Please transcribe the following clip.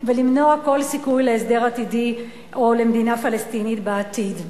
ולמנוע כל סיכוי להסדר עתידי או למדינה פלסטינית בעתיד.